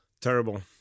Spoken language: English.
Terrible